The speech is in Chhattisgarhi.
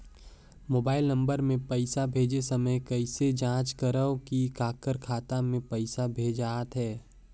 मोबाइल नम्बर मे पइसा भेजे समय कइसे जांच करव की काकर खाता मे पइसा भेजात हे?